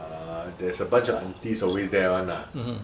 err there's a bunch of aunties always there [one] lah